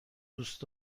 دوست